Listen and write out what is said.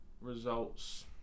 results